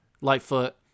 Lightfoot